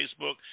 Facebook